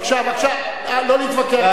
אבל חבל, בבקשה, לא להתווכח.